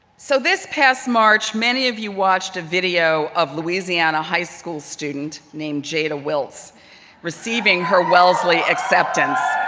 so this past march, many of you watched a video of louisiana high school student named jada wiltz receiving her wellesley acceptance.